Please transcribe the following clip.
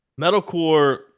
metalcore